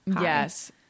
Yes